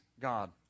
God